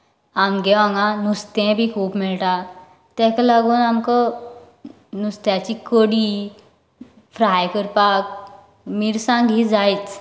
आमगे हांगा नुस्तें बी खूब मेळटा तेका लागून नुस्त्याची कडी फ्राय करपाक मिरसांग ही जायच